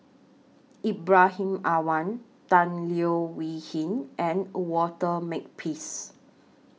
Ibrahim Awang Tan Leo Wee Hin and Walter Makepeace